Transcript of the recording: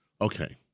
Okay